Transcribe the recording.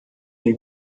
den